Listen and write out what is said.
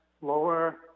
lower